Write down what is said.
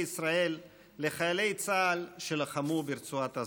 ישראל לחיילי צה"ל שלחמו ברצועת עזה.